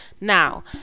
now